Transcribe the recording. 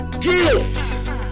guilt